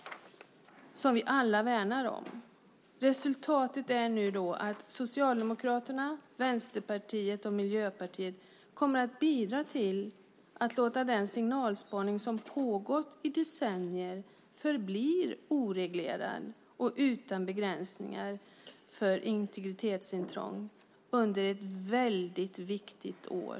Den värnar vi alla om. Resultatet blir nu att Socialdemokraterna, Vänsterpartiet och Miljöpartiet kommer att bidra till att låta den signalspaning som pågått i decennier förbli oreglerad och utan begränsningar för integritetsintrång under ett väldigt viktigt år.